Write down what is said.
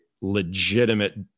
legitimate